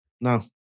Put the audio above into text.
No